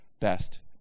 best